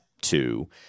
two